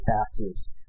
taxes